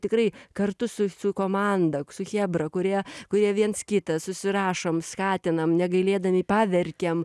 tikrai kartu su komanda su chebra kurie kurie viens kitą susirašom skatinam negailėdami paverkiam